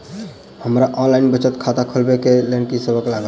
हमरा ऑनलाइन बचत खाता खोलाबै केँ लेल की सब लागत?